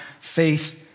faith